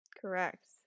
Correct